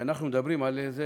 שאנחנו מדברים עליו,